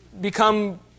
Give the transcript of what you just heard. become